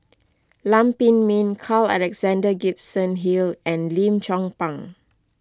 Lam Pin Min Carl Alexander Gibson Hill and Lim Chong Pang